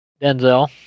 Denzel